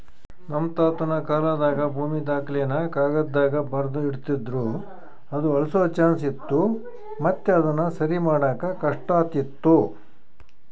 ನಮ್ ತಾತುನ ಕಾಲಾದಾಗ ಭೂಮಿ ದಾಖಲೆನ ಕಾಗದ್ದಾಗ ಬರ್ದು ಇಡ್ತಿದ್ರು ಅದು ಅಳ್ಸೋ ಚಾನ್ಸ್ ಇತ್ತು ಮತ್ತೆ ಅದುನ ಸರಿಮಾಡಾಕ ಕಷ್ಟಾತಿತ್ತು